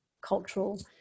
cultural